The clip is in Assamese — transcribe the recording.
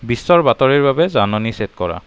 বিশ্ব বাতৰিৰ বাবে জাননী ছেট কৰা